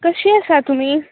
कशी आसा तुमी